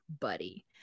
buddy